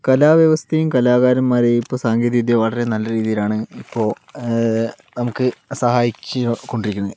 കലാ വ്യവസ്ഥയും കലാകാരന്മാരെയും ഇപ്പോൾ സാങ്കേതികവിദ്യ വളരെ നല്ല രീതിയിലാണ് ഇപ്പോൾ നമുക്ക് സഹായിച്ചു കൊണ്ടിരിക്കുന്നത്